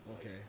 Okay